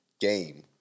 game